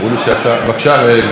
בבקשה, גברתי השרה.